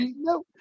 No